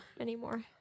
anymore